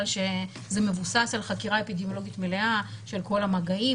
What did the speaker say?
שזה מבוסס על חקירה אפידמיולוגית מלאה של כל המגעים,